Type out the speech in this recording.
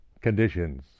conditions